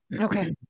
Okay